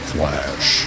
Flash